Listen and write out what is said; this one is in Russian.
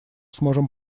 сможем